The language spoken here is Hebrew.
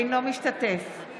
אינו משתתף בהצבעה